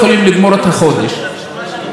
בנושא האלימות,